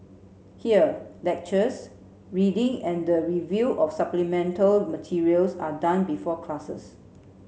here lectures reading and the review of supplemental materials are done before classes